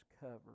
cover